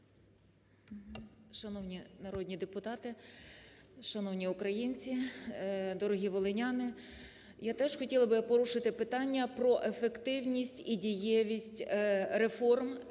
Шановні народні депутати, шановні українці, дорогі волиняни! Я теж хотіла би порушити питання про ефективність і дієвість реформ,